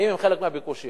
האם הם חלק מהביקושים?